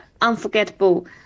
unforgettable